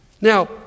Now